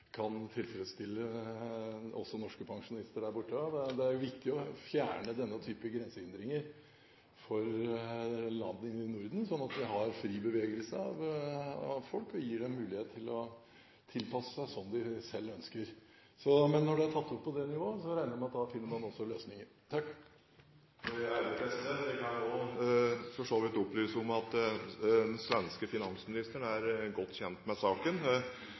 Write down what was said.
kan tilfredsstille også norske pensjonister der borte. Det er viktig å fjerne denne typen grensehindringer for landene i Norden sånn at vi har fri bevegelse av folk og gir dem mulighet til å tilpasse seg som de selv ønsker. Men når det er tatt opp på det nivået, regner jeg med at da finner man også løsninger. Jeg kan også for så vidt opplyse om at den svenske finansministeren er godt kjent med saken